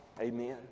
Amen